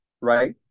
right